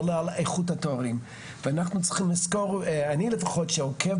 אני עוצר